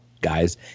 guys